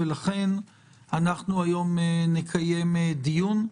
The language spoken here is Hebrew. לכן היום נקיים דיון,